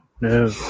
no